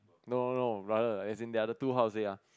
no no no brother as in they are the two how to say ya